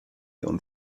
und